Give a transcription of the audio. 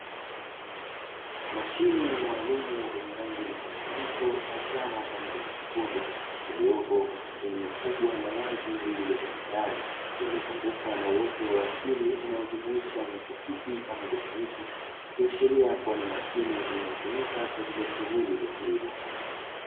Mashine maalumu yenye rangi mchanganyiko wa rangi ya njano pamoja na nyekundu iliyopo kwenye eneo kubwa la wazi, lililo tambarale lililozungukwa na uoto wa asili unaojumuisha nyasi fupi pamoja na miti ikiashiria kuwa ni mashine inayotumika kwajili ya shughuli za kilimo.